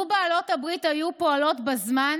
לו בעלות הברית היו פועלות בזמן,